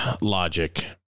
Logic